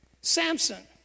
Samson